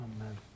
Amen